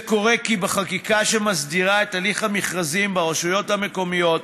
זה קורה כי בחקיקה שמסדירה את הליך המכרזים ברשויות המקומיות